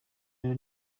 rero